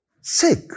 sick